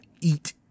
eat